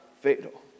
fatal